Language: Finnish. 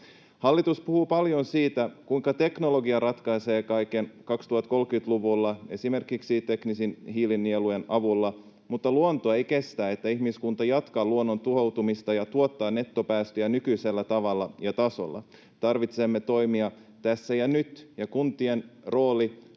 Hallitus puhuu paljon siitä, kuinka teknologia ratkaisee kaiken 2030-luvulla, esimerkiksi teknisten hiilinielujen avulla, mutta luonto ei kestä sitä, että ihmiskunta jatkaa luonnon tuhoamista ja tuottaa nettopäästöjä nykyisellä tavalla ja tasolla. Tarvitsemme toimia tässä ja nyt, ja kuntien rooli on